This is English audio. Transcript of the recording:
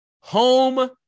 home